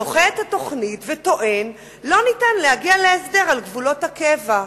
דוחה את התוכנית וטוען: אין אפשרות להגיע להסדר על גבולות הקבע.